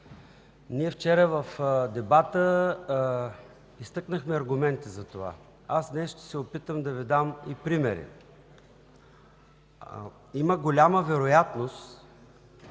Ние вчера в дебата изтъкнахме аргументи за това. Днес ще се опитам да Ви дам и примери. Има голяма вероятност